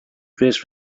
praised